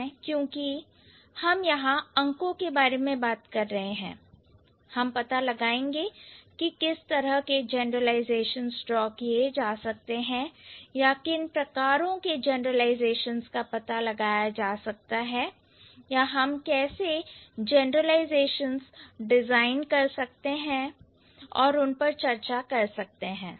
क्योंकि हम यहां अंकों के बारे में बात कर रहे हैं हम पता लगाएंगे कि किस तरह के जनरलाइजेशंस ड्रॉ किए जा सकते हैं या किन प्रकारों के जनरलाइजेशंस का पता लगाया जा सकता हैं या हम कैसे जनरलाइजेशंस डिजाइन कर सकते हैं और उन पर चर्चा कर सकते हैं